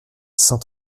cent